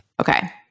Okay